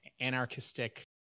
anarchistic